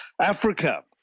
Africa